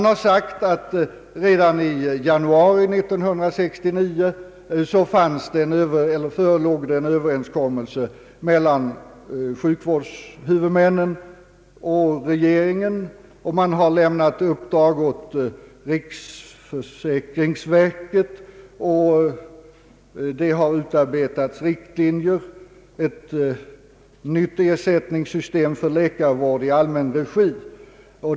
Det har sagts att redan i januari 1969 förelåg en överenskommelse mellan sjukvårdshuvudmännen och regeringen, vidare att uppdrag har lämnats åt riksförsäk ringsverket och att riktlinjer har utarbetats för ett nytt ersättningssystem vid läkarvård i allmän regi.